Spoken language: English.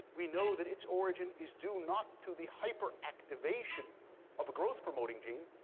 we know that its origin is due not to the hyperactivation of a growth promoting gene,